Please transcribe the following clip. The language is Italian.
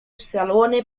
salone